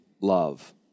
love